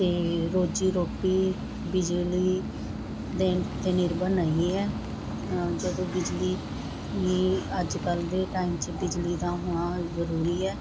ਅਤੇ ਰੋਜੀ ਰੋਟੀ ਬਿਜਲੀ ਦੇਣ 'ਤੇ ਨਿਰਭਰ ਨਹੀਂ ਹੈ ਜਦੋਂ ਬਿਜਲੀ ਅੱਜ ਕੱਲ੍ਹ ਦੇ ਟਾਈਮ 'ਚ ਬਿਜਲੀ ਦਾ ਹੋਣਾ ਜ਼ਰੂਰੀ ਹੈ